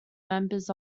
members